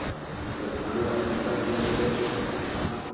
तऽ ई सब ध्यान राखथिन तभिये हेतय हँ